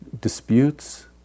disputes